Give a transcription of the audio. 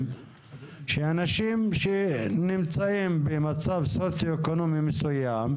שאנשים שנמצאים במצב סוציואקונומי מסוים,